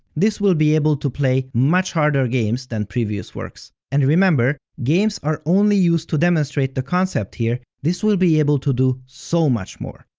this will be able to play much harder games than previous works. and remember, games are only used to demonstrate the concept here, this will be able to do so much more.